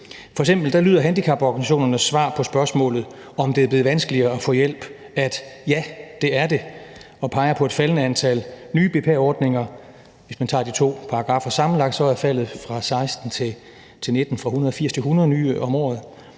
F.eks. lyder handicaporganisationernes svar på spørgsmålet, om det er blevet vanskeligere at få hjælp, at ja, det er det, og de peger på et faldende antal nye BPA-ordninger. Hvis man tager de to paragraffer sammenlagt, er faldet fra 2016 til 2019 fra 180 til 100 nye om året.